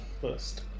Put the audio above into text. first